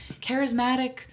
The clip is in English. charismatic